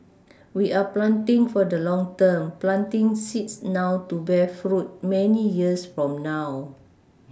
we are planting for the long term planting seeds now to bear fruit many years from now